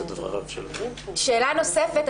שאלה נוספת,